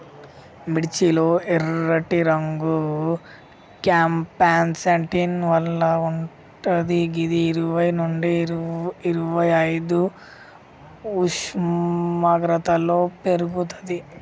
మిర్చి లో ఎర్రటి రంగు క్యాంప్సాంటిన్ వల్ల వుంటది గిది ఇరవై నుండి ఇరవైఐదు ఉష్ణోగ్రతలో పెర్గుతది